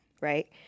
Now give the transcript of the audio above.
Right